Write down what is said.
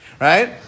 Right